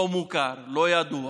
לא מוכר, לא ידוע,